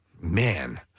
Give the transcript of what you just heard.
man